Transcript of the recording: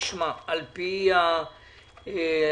על פי הכללים,